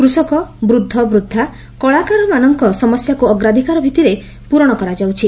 କୃଷକ ବୃଦ୍ଧ ବୃଦ୍ଧା କଳାକାରମାନଙ୍କ ସମସ୍ୟାକୁ ଅଗ୍ରାଧକାର ଭିଭିରେ ପୂରଣ କରାଯାଇଛି